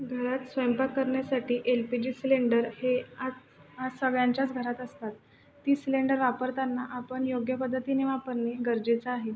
घरात स्वयंपाक करण्यासाठी एल पी जी सिलेंडर हे आत आज सगळ्यांच्याच घरात असतात ती सिलेंडर वापरताना आपण योग्य पद्धतीने वापरणे गरजेचं आहे